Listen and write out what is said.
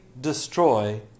destroy